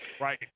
Right